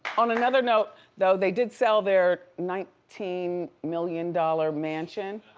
on another note though, they did sell their nineteen million dollar mansion.